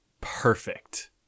perfect